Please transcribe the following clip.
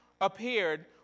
appeared